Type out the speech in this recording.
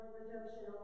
redemption